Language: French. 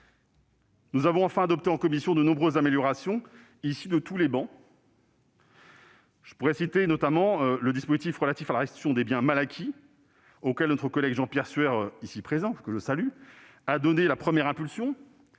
Nous avons enfin adopté en commission de nombreuses améliorations issues de tous les bords politiques. Je citerai le dispositif relatif à la restitution des biens mal acquis, auquel notre collègue Jean-Pierre Sueur, que je salue, a donné la première impulsion,